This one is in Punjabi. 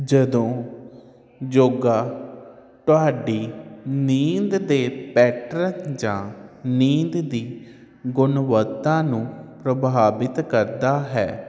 ਜਦੋਂ ਯੋਗਾ ਤੁਹਾਡੀ ਨੀਂਦ ਦੇ ਪੈਟਰਕ ਜਾਂ ਨੀਂਦ ਦੀ ਗੁਣਵੱਤਾ ਨੂੰ ਪ੍ਰਭਾਵਿਤ ਕਰਦਾ ਹੈ